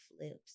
flips